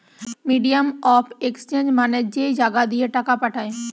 medium of exchange মানে যেই জাগা দিয়ে টাকা পাঠায়